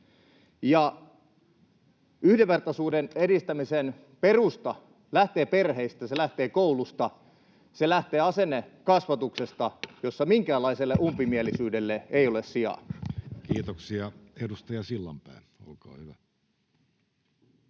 Yhdenvertaisuuden edistämisen perusta lähtee perheistä, se lähtee koulusta, se lähtee asennekasvatuksesta, jossa minkäänlaiselle umpimielisyydelle ei ole sijaa. Kiitoksia. — Edustaja Sillanpää, olkaa hyvä.